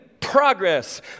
progress